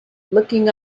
looking